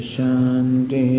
Shanti